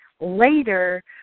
later